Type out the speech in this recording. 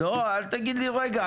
לא, אל תגיד לי רגע.